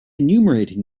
enumerating